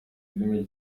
filime